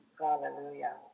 Hallelujah